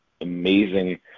amazing